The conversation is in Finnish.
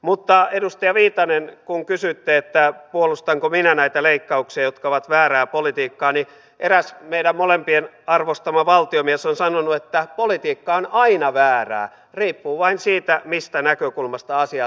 mutta edustaja viitanen kun kysyitte puolustanko minä näitä leikkauksia jotka ovat väärää politiikkaa niin eräs meidän molempien arvostama valtiomies on sanonut että politiikka on aina väärää riippuu vain siitä mistä näkökulmasta asiaa tarkastellaan